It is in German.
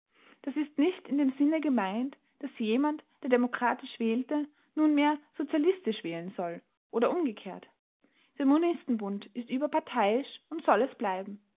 das ist nicht in dem sinne gemeint daß jemand der demokratisch wählte nunmehr sozialistisch wählen soll oder umgekehrt der monistenbund ist überparteiisch und soll es bleiben